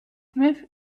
smith